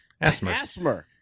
Asthma